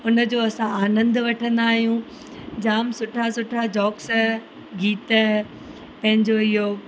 हुन जो असां आनंद वठंदा आहियूं जाम सुठा सुठा जोक्स गीत पंहिंजो इहो